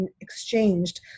exchanged